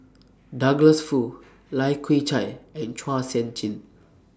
Douglas Foo Lai Kew Chai and Chua Sian Chin